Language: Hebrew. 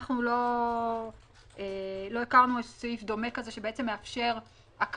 אנחנו לא הכרנו סעיף דומה כזה שמאפשר הכרה